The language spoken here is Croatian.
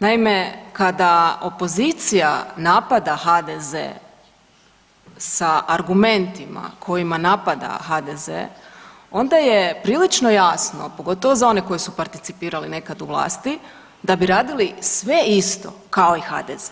Naime, kada opozicija napada HDZ sa argumentima kojima napada HDZ onda je prilično jasno, pogotovo za one koji su participirali nekad u vlasti da bi radili sve isto kao i HDZ,